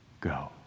go